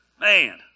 Man